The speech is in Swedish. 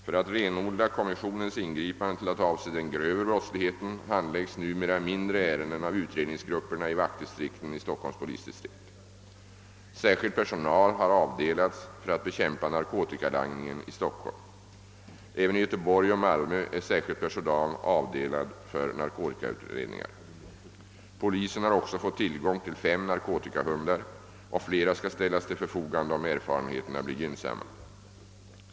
För att renodla narkotikakommissionens ingripande till att avse den grövre brottsligheten handläggs numera mindre ärenden av utredningsgrupperna i vaktdistrikten i Stock holms polisdistrikt. Särskild personal har avdelats för att bekämpa narkotikalangningen i Stockholm. Även i Göteborg och Malmö är särskild personal avdelad för narkotikautredningar. Polisen har också fått tillgång till fem narkotikahundar, och flera skall ställas till förfogande om erfarenheterna blir gynnsamma.